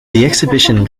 exhibition